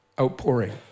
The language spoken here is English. outpouring